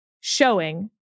showing